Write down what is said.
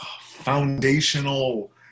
Foundational